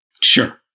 sure